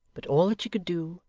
but all that she could do,